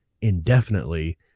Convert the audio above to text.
indefinitely